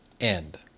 end